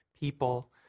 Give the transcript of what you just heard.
people